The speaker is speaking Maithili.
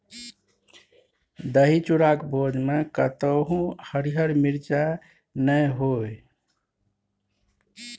दही चूड़ाक भोजमे कतहु हरियर मिरचाइ नै होए